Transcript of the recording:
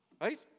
Right